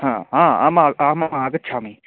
ह हा आम आमाम् आगच्छामि